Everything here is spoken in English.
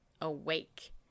awake